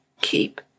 Keep